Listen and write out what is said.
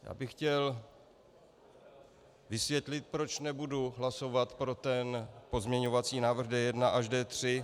Já bych chtěl vysvětlit, proč nebudu hlasovat pro ten pozměňovací návrh D1 až D3.